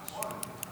רון,